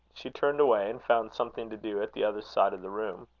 she turned away, and found something to do at the other side of the room.